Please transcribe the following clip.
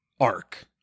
arc